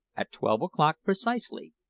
at twelve o'clock precisely,